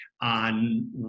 on